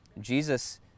Jesus